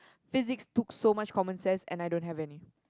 physics took so much common sense and I don't have any